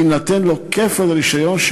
יינתן לו כפל רישיון,